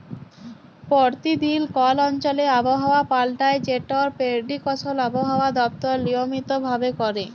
পরতিদিল কল অঞ্চলে আবহাওয়া পাল্টায় যেটর পেরডিকশল আবহাওয়া দপ্তর লিয়মিত ভাবে ক্যরে